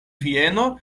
vieno